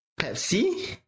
Pepsi